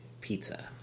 pizza